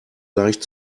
leicht